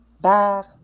back